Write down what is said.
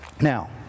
Now